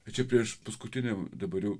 bet čia priešpaskutiniam dabar jau